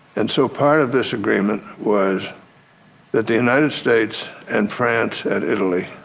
and so part of this agreement was that the united states and france and italy